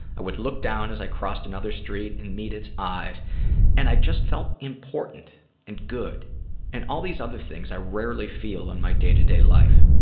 i would look down as i crossed another street and meet its eyes and i just felt important and good and all these other things i rarely feel in my day to day life.